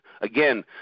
again